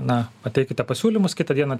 na pateikite pasiūlymus kitą dieną